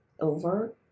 over